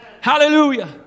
Hallelujah